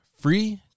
free